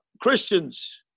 Christians